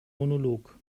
monolog